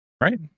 right